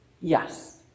yes